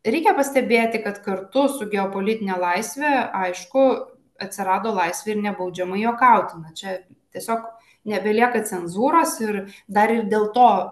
reikia pastebėti kad kartu su geopolitine laisve aišku atsirado laisvė ir nebaudžiamai juokauti na čia tiesiog nebelieka cenzūros ir dar ir dėl to